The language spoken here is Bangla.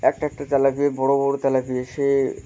একটা একটা তেলাপিয়া বড়ো বড়ো তেলাপিয়া সে